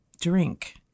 Drink